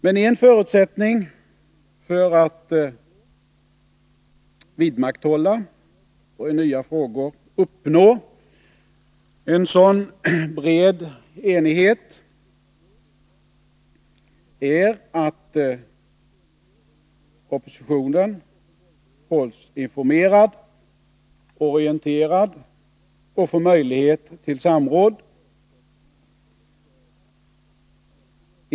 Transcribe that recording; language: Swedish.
Men en förutsättning för att vidmakthålla och i nya frågor uppnå en sådan bred enighet är att oppositionen hålls informerad och orienterad och får möjlighet till samråd.